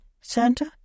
Santa